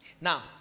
Now